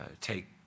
take